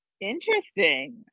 interesting